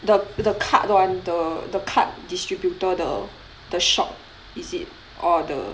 the the card [one] the the card distributor the the shop is it or the